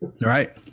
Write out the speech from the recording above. Right